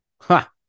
Ha